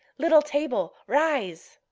little table, rise!